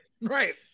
Right